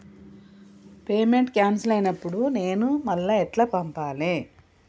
Payment cancel అయినపుడు నేను మళ్ళా ఎట్ల పంపాలే?